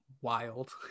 wild